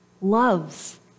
loves